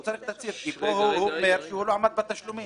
כי פה הוא אומר שהוא לא עמד בתשלומים,